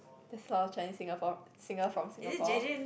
this lor Chinese Singapore singer from Singapore